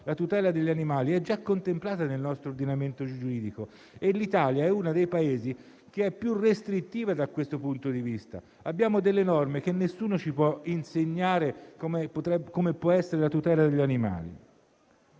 la tutela degli animali è già contemplata nel nostro ordinamento giuridico e l'Italia è uno dei Paesi più restrittivo da questo punto di vista. Abbiamo delle norme specifiche e nessuno ci può insegnare come deve avvenire la tutela degli animali.